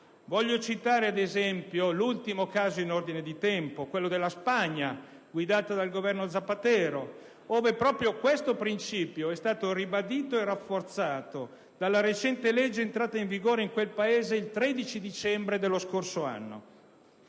Voglio citare, ad esempio, l'ultimo caso in ordine di tempo, quello della Spagna, guidata dal Governo Zapatero, ove proprio questo principio è stato ribadito e rafforzato dalla recente legge entrata in vigore in quel Paese il 13 dicembre dello scorso anno.